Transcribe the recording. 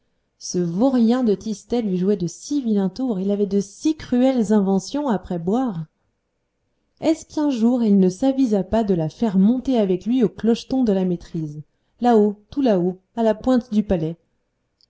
ce vaurien de tistet lui jouait de si vilains tours il avait de si cruelles inventions après boire est-ce qu'un jour il ne s'avisa pas de la faire monter avec lui au clocheton de la maîtrise là-haut tout là-haut à la pointe du palais